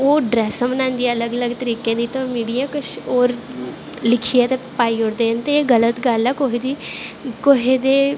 ओह् ड्रैस बनांदी ऐ अलग अलग तरीके दी ते मीडिया कुश लिखियै ते पाई ओड़दे न ते एह् गल्त गल्ल ऐ कुसे दी कुसें दे